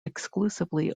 exclusively